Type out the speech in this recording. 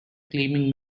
claiming